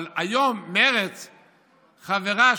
אבל היום מרצ חברה,